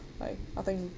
like I think